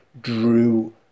drew